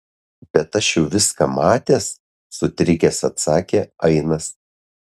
bet aš jau viską matęs sutrikęs atsakė ainas